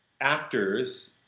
actors